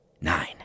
nine